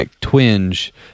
twinge